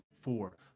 four